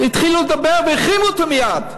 התחילו לדבר והחרימו אותו מייד.